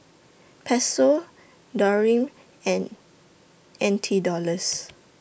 Peso Dirham and N T Dollars